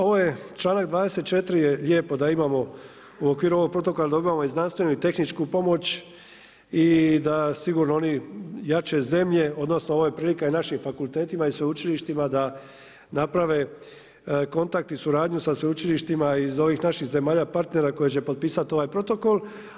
Ovo je čl.24. je lijepo da imamo u okviru ovog protokola, da dobijemo i znanstvenu i tehničku pomoć i da sigurno oni jače zemlje, odnosno, ovo je prilika i našim fakultetima i sveučilištima da naprave kontakt i suradnju sa sveučilištima iz ovih naših zemalja, partnera, koji će potpisati ovaj protokol.